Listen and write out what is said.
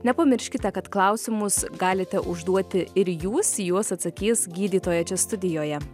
nepamirškite kad klausimus galite užduoti ir jūs į juos atsakys gydytoja čia studijoje